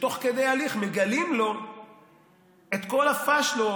שתוך כדי ההליך מגלים לו את כל הפשלות,